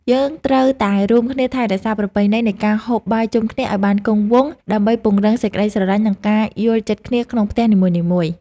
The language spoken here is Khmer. យើងត្រូវតែរួមគ្នាថែរក្សាប្រពៃណីនៃការហូបបាយជុំគ្នាឲ្យបានគង់វង្សដើម្បីពង្រឹងសេចក្តីស្រលាញ់និងការយល់ចិត្តគ្នាក្នុងផ្ទះនីមួយៗ។